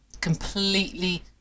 completely